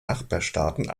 nachbarstaaten